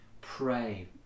pray